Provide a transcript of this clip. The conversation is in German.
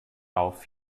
auf